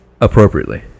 appropriately